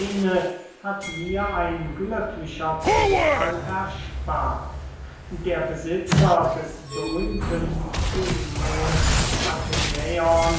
hat mir ein glücklicher zufall erspart der besitzer des berühmten demos